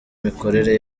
imikorere